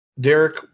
Derek